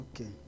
okay